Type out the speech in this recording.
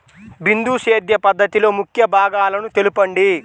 బిందు సేద్య పద్ధతిలో ముఖ్య భాగాలను తెలుపండి?